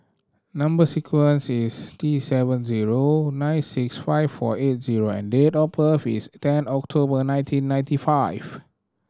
number sequence is T seven zero nine six five four eight zero and date of birth is ten October nineteen ninety five